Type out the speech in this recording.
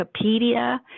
Wikipedia